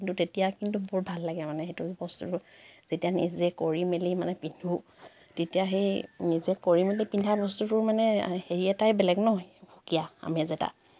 কিন্তু তেতিয়া কিন্তু বৰ ভাল লাগে মানে সেইটো বস্তুটো যেতিয়া নিজে কৰি মেলি মানে পিন্ধো তেতিয়া সেই নিজে কৰি মেলি পিন্ধা বস্তুটো মানে হেৰি এটাই বেলেগ ন' সুকীয়া আমেজ এটা